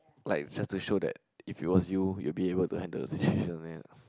like you've just to show that if it was you you'll be able to handle the situation then